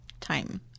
time